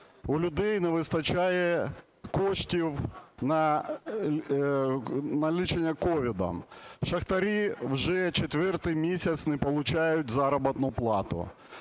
У людей не вистачає коштів на лікування COVID. Шахтарі вже четвертий місяць не получають заробітну плату.